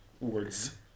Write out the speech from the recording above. Words